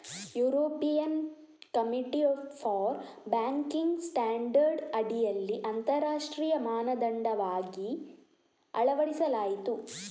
European committee for banking standard ಅಡಿಯಲ್ಲಿ ಅಂತರರಾಷ್ಟ್ರೀಯ ಮಾನದಂಡವಾಗಿ ಅಳವಡಿಸಲಾಯಿತು